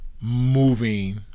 moving